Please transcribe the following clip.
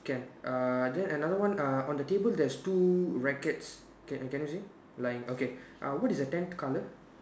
can uh then another one uh on the table there's two rackets can can you see lying okay uh what is the tenth colour